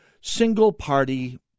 single-party